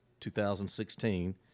2016